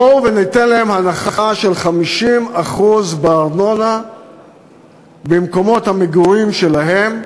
בואו ניתן להם הנחה של 50% בארנונה במקומות המגורים שלהם.